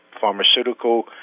pharmaceutical